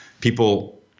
people